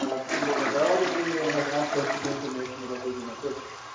ah something about my biography, and has access to the information about who is in my circles.